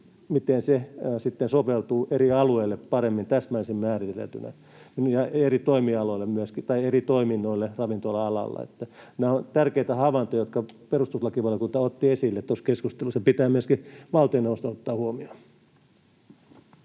sitten soveltuu eri alueille paremmin ja täsmällisemmin määriteltynä ja eri toimialoille myöskin tai eri toiminnoille ravintola-alalla. Nämä ovat tärkeitä havaintoja, jotka perustuslakivaliokunta otti esille tuossa keskustelussa ja jotka pitää myöskin valtioneuvoston ottaa huomioon.